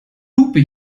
lupe